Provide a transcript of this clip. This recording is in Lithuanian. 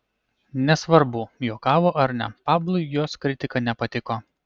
nesvarbu juokavo ar ne pablui jos kritika nepatiko